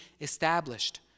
established